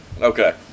okay